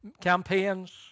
campaigns